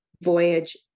voyage